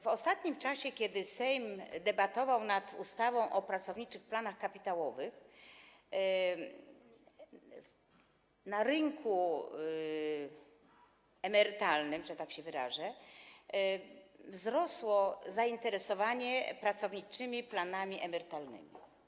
W ostatnim czasie, kiedy Sejm debatował nad ustawą o pracowniczych planach kapitałowych na rynku emerytalnym, wzrosło zainteresowanie pracowniczymi planami emerytalnymi.